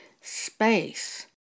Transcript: space